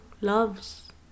loves